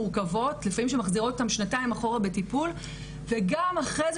מורכבות לפעמים שמחזירות אותן שנתיים אחורה בטיפול וגם אחרי זה